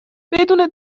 بدون